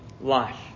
life